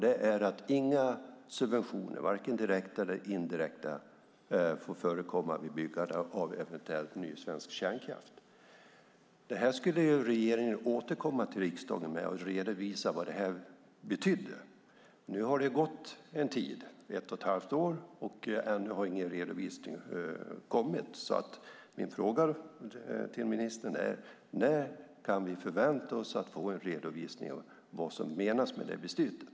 Det var att inga subventioner, varken direkta eller indirekta, får förekomma vid byggande av eventuellt ny svensk kärnkraft. Regeringen skulle återkomma till riksdagen och redovisa vad det här betydde. Nu har det gått en tid, ett och ett halvt år, och ännu har ingen redovisning kommit. Min fråga till ministern är: När kan vi förvänta oss att få en redovisning av vad som menas med det beslutet?